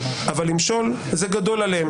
אבל למשול זה גדול עליהם.